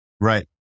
Right